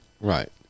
right